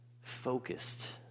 focused